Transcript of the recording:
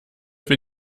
will